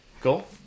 Cool